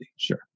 Sure